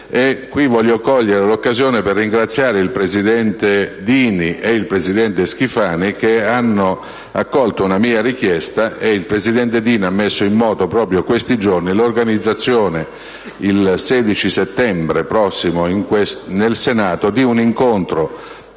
qui cogliere l'occasione per ringraziare il presidente Dini e il presidente Schifani, che hanno accolto una mia richiesta; il presidente Dini ha messo in moto proprio in questi giorni l'organizzazione, il 16 settembre prossimo in Senato, di un incontro